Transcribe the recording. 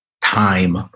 time